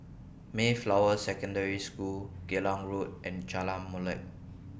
Mayflower Secondary School Geylang Road and Jalan Molek